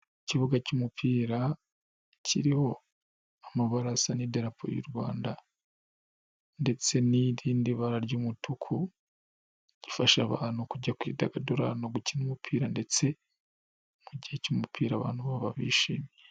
Ikibuga cy'umupira kiriho amabara asa n'idarapo y'u Rwanda, ndetse n'irindi bara ry'umutuku gifasha abantu kujya kwidagadura no gukina umupira ndetse, mu gihe cy'umupira abantu baba bishimye.